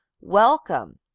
welcome